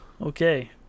Okay